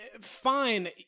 Fine